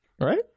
Right